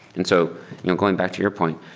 and so you know going back to your point,